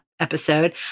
episode